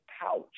pouch